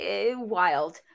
wild